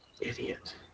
Idiot